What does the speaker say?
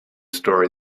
story